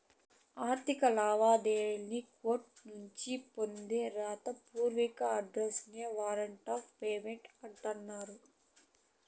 ఆర్థిక లావాదేవీల్లి కోర్టునుంచి పొందే రాత పూర్వక ఆర్డర్స్ నే వారంట్ ఆఫ్ పేమెంట్ అంటన్నారు